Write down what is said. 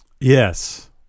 Yes